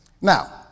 Now